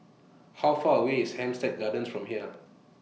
How Far away IS Hampstead Gardens from here